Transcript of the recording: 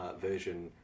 version